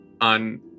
on